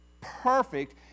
perfect